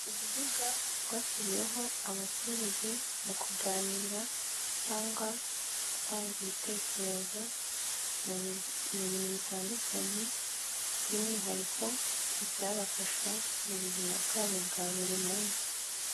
Urubuga rwashyiriweho abaturage mu kuganira cyangwa gutanga ibitekerezo mu bintu bitandukanye, by'umwihariko ibyabafasha mu buzima bwabo bwa buri munsi.